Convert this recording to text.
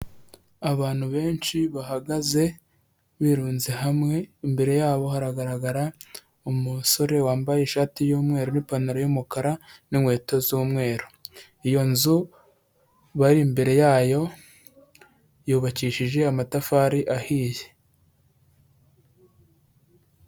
Abantu benshi bahagaze birunze hamwe, imbere yabo haragaragara umusore wambaye ishati y’umweru n’ipantaro y’umukara n'inkweto z'umweru, iyo nzu bari imbere yayo yubakishije amatafari ahiye.